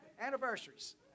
Anniversaries